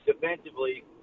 defensively